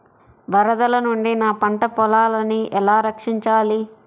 వరదల నుండి నా పంట పొలాలని ఎలా రక్షించాలి?